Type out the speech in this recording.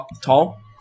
tall